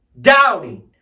Doubting